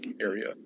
area